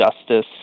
Justice